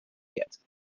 yet